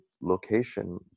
location